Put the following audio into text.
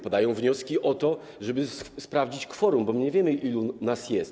Padają wnioski o to, żeby sprawdzić kworum, bo my nie wiemy, ilu nas jest.